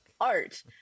art